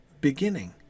beginning